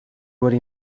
rode